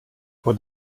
vor